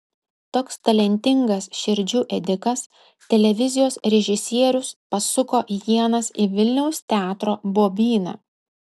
toks talentingas širdžių ėdikas televizijos režisierius pasuko ienas į vilniaus teatro bobyną